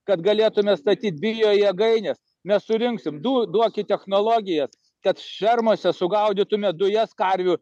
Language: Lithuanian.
kad galėtume statyt bio jėgaines mes surinksim du duokit technologijas kad fermose sugaudytume dujas karvių